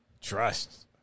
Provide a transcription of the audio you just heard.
Trust